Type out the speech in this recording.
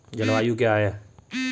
जलवायु क्या है?